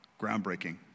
groundbreaking